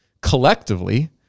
collectively